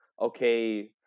okay